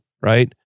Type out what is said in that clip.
Right